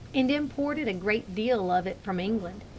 and imported a great deal of it from england.